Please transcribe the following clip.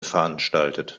veranstaltet